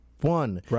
one